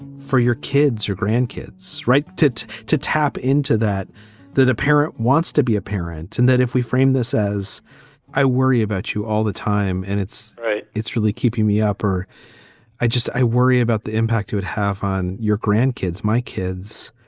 for your kids or grandkids? right. to to tap into that that a parent wants to be a parent. and that if we frame this as i worry about you all the time and it's right. it's really keeping me up or i just i worry about the impact you would have on your grandkids, my kids,